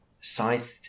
Scythe